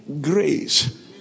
grace